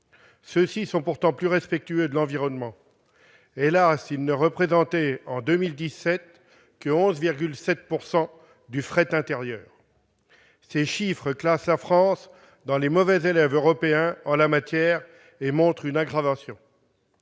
Ceux-ci sont pourtant plus respectueux de l'environnement. Hélas, ils ne représentaient en 2017 que 11,7 % du fret intérieur. Ces chiffres placent la France parmi les mauvais élèves européens en la matière et montrent une aggravation